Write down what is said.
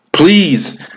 Please